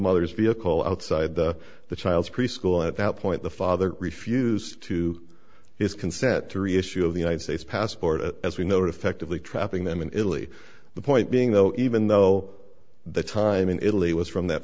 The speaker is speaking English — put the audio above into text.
mother's vehicle outside the the child's preschool at that point the father refused to his consent three issue of the united states passport as we know defectively trapping them in italy the point being though even though the time in italy was from that